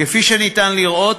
כפי שאפשר לראות,